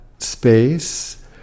space